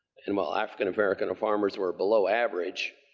and while african american farmers were below average,